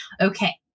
okay